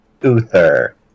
Uther